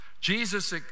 Jesus